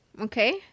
Okay